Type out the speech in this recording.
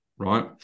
right